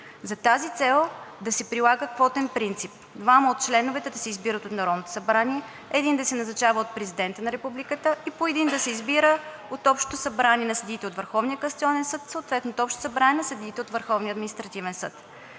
За тази цел да се прилага квотен принцип – двама от членовете да се избират от Народното събрание, един да се назначава от Президента на републиката и по един да се избира от Общото събрание на съдиите от Върховния касационен съд, съответно от Общото събрание на съдиите от Върховния административен съд.